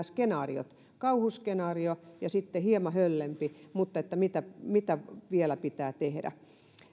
skenaarioista kauhuskenaario ja sitten hieman höllempi eli mitä vielä pitää tehdä